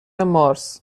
مارس